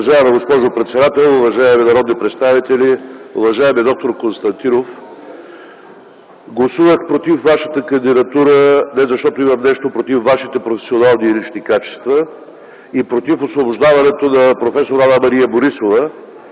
Уважаема госпожо председател, уважаеми народни представители! Уважаеми доктор Константинов, гласувах против Вашата кандидатура, не защото имам нещо против Вашите професионални и лични качества и против освобождаването на проф. Анна-Мария Борисова.